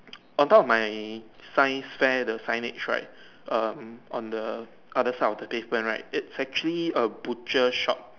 on top of my science fair the signage right um on the other side of paper right it's actually a butcher shop